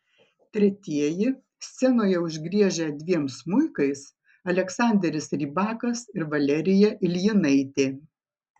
tretieji scenoje užgriežę dviem smuikais aleksanderis rybakas ir valerija iljinaitė